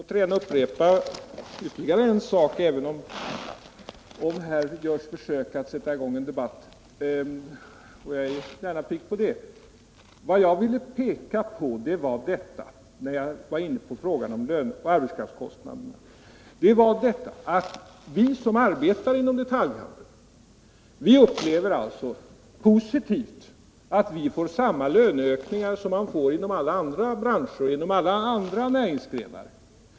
Herr talman! Vad jag ville peka på, när jag var inne på frågan om arbetskraftskostnaderna, var att vi som arbetar inom detaljhandeln upplever som positivt att vi får samma löneökningar som man får inom alla andra näringsgrenar.